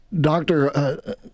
Doctor